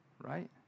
right